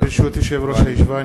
ברשות יושב-ראש הישיבה,